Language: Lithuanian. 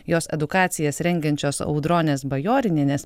jos edukacijas rengiančios audronės bajorinienės